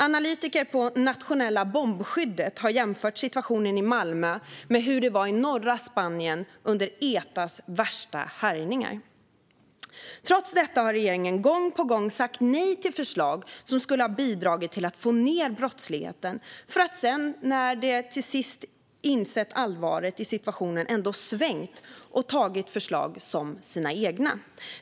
Analytiker på nationella bombskyddet har jämfört situationen i Malmö med hur det var i norra Spanien under Etas värsta härjningar. Trots detta har regeringen gång på gång sagt nej till förslag som skulle ha bidragit till att få ned brottsligheten, för att sedan, när den till sist insett allvaret i situationen, ändå svänga och ta förslag som sina egna.